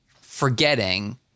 forgetting